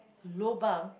lobang